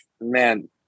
man